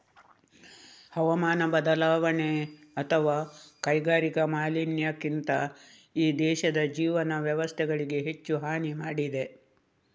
ಹವಾಮಾನ ಬದಲಾವಣೆ ಅಥವಾ ಕೈಗಾರಿಕಾ ಮಾಲಿನ್ಯಕ್ಕಿಂತ ಈ ದೇಶದ ಜೀವನ ವ್ಯವಸ್ಥೆಗಳಿಗೆ ಹೆಚ್ಚು ಹಾನಿ ಮಾಡಿದೆ